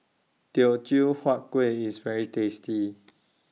Teochew Huat Kuih IS very tasty